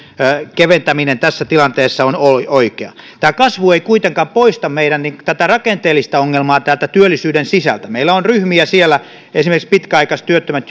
keventäminen tässä tilanteessa on oikea tämä kasvu ei kuitenkaan poista tätä meidän rakenteellista ongelmaa työllisyyden sisällä meillä on ryhmiä siellä esimerkiksi pitkäaikaistyöttömät